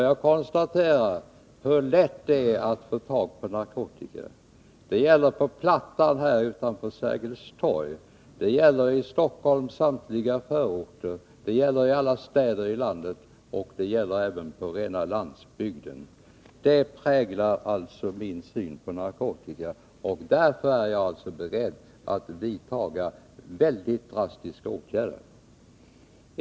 Jag konstaterar hur lätt det är att få tag på narkotika. Det gäller på plattan här utanför vid Sergels torg, det gäller i Stockholms samtliga förorter, det gäller i alla städer i landet och det gäller även på rena landsbygden. Det präglar alltså min syn på narkotikan, och därför är jag beredd att vidta väldigt drastiska åtgärder.